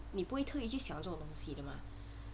你不会特意去想到这种东西的嘛